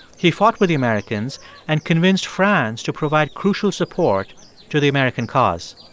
he fought with the americans and convinced france to provide crucial support to the american cause.